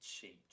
change